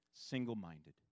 single-minded